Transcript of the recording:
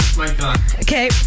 Okay